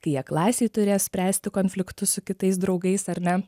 kai jie klasėj turės spręsti konfliktus su kitais draugais ar ne